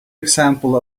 example